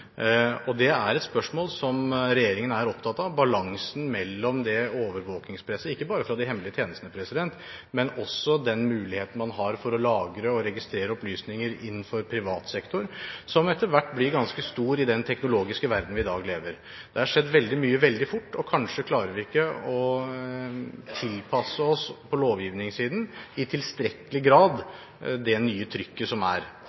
Regjeringen er opptatt av balansen i overvåkingspresset – ikke bare fra de hemmelige tjenestene, men også med den muligheten man har for å lagre og registrere opplysninger innenfor privat sektor som etter hvert blir ganske stor, i den teknologiske verden vi i dag lever. Det er skjedd veldig mye veldig fort, og kanskje klarer vi ikke på lovgivningssiden å tilpasse oss i tilstrekkelig grad til det nye trykket som er.